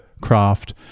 craft